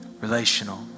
relational